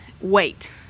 wait